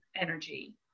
energy